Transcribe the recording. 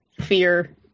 fear